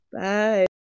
Bye